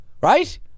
right